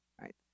right